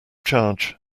charge